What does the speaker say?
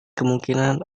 kemungkinan